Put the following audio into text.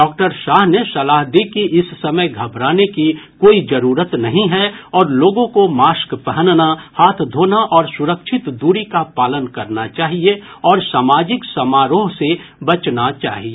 doctor Shah ने सलाह दी कि इस समय घबराने की कोई जरूरत नहीं है और लोगों को मास्क पहनना हाथ धोना और सुरक्षित दूरी का पालन करना चाहिए और सामाजिक समारोह से बचना चाहिए